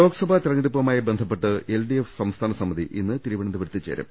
ലോക്സഭാ തെരഞ്ഞെടുപ്പുമായി ബന്ധപ്പെട്ട് L D F സംസ്ഥാന സമിതി ഇന്ന് തിരുവനന്തപുരത്ത് ചേരും